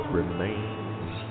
remains